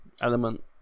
element